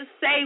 say